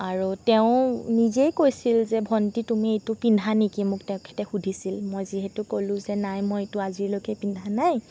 আৰু তেওঁ নিজেই কৈছিল যে ভণ্টি তুমি এইটো পিন্ধা নেকি মোক তেখেতে সুধিছিল মই যিহেতু ক'লোঁ যে নাই মই এইটো আজিলৈকে পিন্ধা নাই